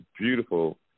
beautiful